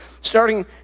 starting